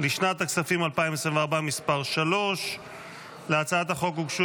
לשנת הכספים 2024 (מס' 3). להצעת החוק הוגשו